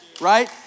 right